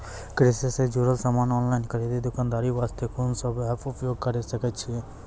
कृषि से जुड़ल समान ऑनलाइन खरीद दुकानदारी वास्ते कोंन सब एप्प उपयोग करें सकय छियै?